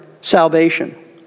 Salvation